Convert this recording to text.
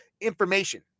information